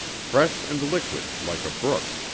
fresh and liquid, like a brook.